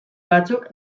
batzuk